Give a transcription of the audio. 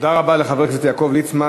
תודה רבה לחבר הכנסת יעקב ליצמן.